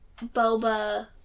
boba